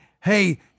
hey